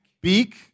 beak